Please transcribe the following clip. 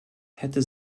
hätten